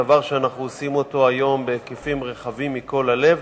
דבר שאנחנו עושים היום בהיקפים רחבים מכל הלב,